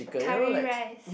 curry rice